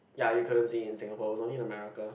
ya you couldn't see it in Singapore it was only in America